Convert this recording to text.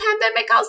pandemic